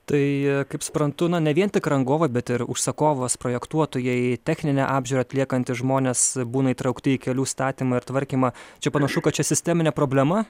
tai kaip suprantu na ne vien tik rangovą bet ir užsakovas projektuotojai techninę apžiūrą atliekantys žmonės būna įtraukti į kelių statymą ir tvarkymą čia panašu kad čia sisteminė problema